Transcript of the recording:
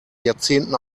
jahrzehnten